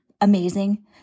amazing